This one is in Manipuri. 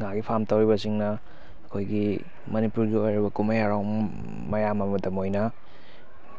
ꯉꯥꯒꯤ ꯐꯥꯝ ꯇꯧꯔꯤꯕꯁꯤꯡꯅ ꯑꯩꯈꯣꯏꯒꯤ ꯃꯅꯤꯄꯨꯔꯒꯤ ꯑꯣꯏꯔꯤꯕ ꯀꯨꯝꯍꯩ ꯍꯔꯥꯎ ꯃꯌꯥꯝ ꯑꯃꯗ ꯃꯣꯏꯅ